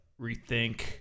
rethink